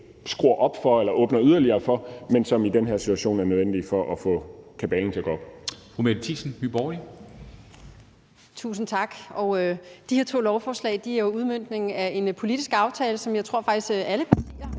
skruer op for eller åbner yderligere for, men som i den her situation er nødvendige for at få kabalen til at gå op.